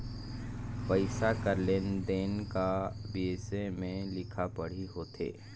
पइसा कर लेन देन का बिसे में लिखा पढ़ी होथे